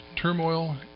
turmoil